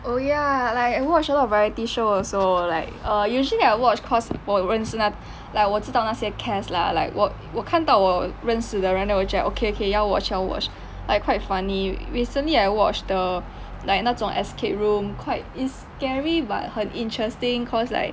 oh ya like I watch a lot variety show also like uh usually I watch cause 我认识那 like 我知道那些 cast lah like 我我看到我认识的人我就 like okay 要 watch 要 watch like quite funny recently I watch the like 那种 escape room quite it's scary but 很 interesting cause like